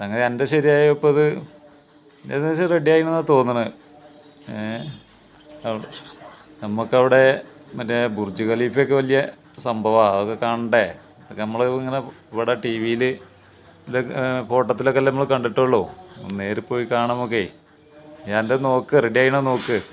സംഗതി നിൻ്റെ ശരിയായോ ഇപ്പോൾ ഇത് ഏകദേശം റെഡി ആയെന്നാണ് തോന്നുന്നത് ഏഹ് നമുക്ക് അവിടെ മറ്റേ ബുർജ് ഖലീഫയൊക്കെ വലിയ സംഭവമാണ് അതൊക്കെ കാണണ്ടേ ഇതൊക്കെ നമ്മള് ഇങ്ങനെ ഇവിടെ ടീവിയില് ഇതില് ഫോട്ടത്തിൽ ഒക്കെ അല്ലെ നമ്മള് കണ്ടിട്ടുള്ളു നേരിൽ പോയി കാണാം നമുക്കേ നിൻ്റെ നോക്ക് റെഡി ആയോന്ന് നോക്ക്